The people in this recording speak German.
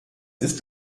ist